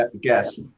guess